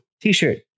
t-shirt